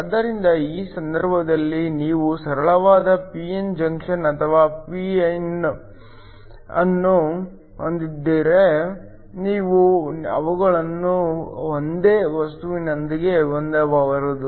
ಆದ್ದರಿಂದ ಈ ಸಂದರ್ಭಗಳಲ್ಲಿ ನೀವು ಸರಳವಾದ p n ಜಂಕ್ಷನ್ ಅಥವಾ ಪಿನ್ ಅನ್ನು ಹೊಂದಿದ್ದರೂ ನೀವು ಅವುಗಳನ್ನು ಒಂದೇ ವಸ್ತುವಿನೊಂದಿಗೆ ಹೊಂದಬಹುದು